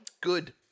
good